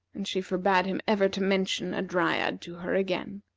and she forbade him ever to mention a dryad to her again.